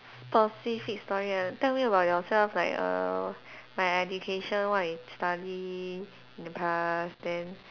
specific story ah tell me about yourself like err like education what you study in the past then